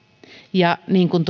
ja niin kuin